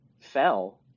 fell